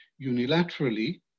unilaterally